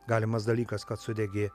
galimas dalykas kad sudegė